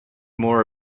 more